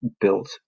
built